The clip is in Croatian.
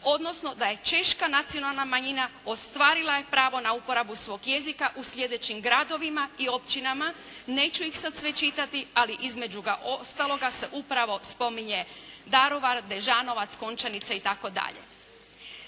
odnosno da je češka nacionalna manjina ostvarila pravo na uporabu svog jezika u sljedećim gradovima i općinama, neću ih sada sve čitati, ali između ostaloga se upravo spominje Daruvar, Bežanovac, Končanica itd.